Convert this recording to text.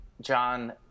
John